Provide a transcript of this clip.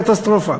קטסטרופה.